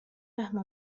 فهم